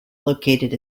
located